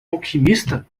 alquimista